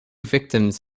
victims